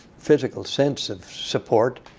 physical sense of support.